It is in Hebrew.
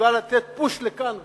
שמסוגל לתת פוש לכאן,